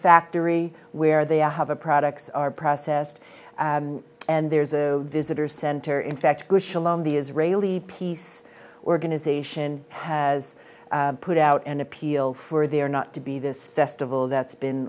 factory where they have a products are processed and there's a visitor center in fact the israeli peace organization has put out an appeal for their not to be this festival that's been